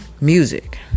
music